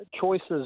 choices